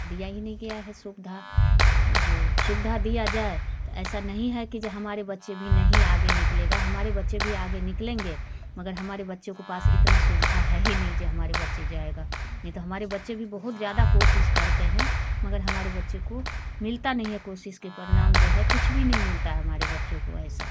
दिया ही नहीं किया है सुविधा जो सुविधा दिया जाए तो ऐसा नहीं है कि जो हमारे बच्चे भी नहीं आगे निकलेगा हमारे बच्चे भी आगे निकालेंगे मगर हमारे बच्चों के पास इतना सुविधा है ही नहीं जो हमारे बच्चे जाएगा नहीं तो हमारे बच्चे बहुत ज़्यादा कोशिश करते हैं मगर हमारे बच्चे को मिलता नहीं है कोशिश का परिणाम जो है कुछ भी नहीं मिलता है हमारे बच्चों को ऐसा